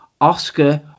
Oscar